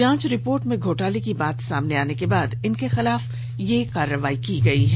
जांच रिपोर्ट में घोटाले की बात सामने आने के बाद इनके खिलाफ यह कार्रवाई की गई है